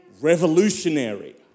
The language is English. revolutionary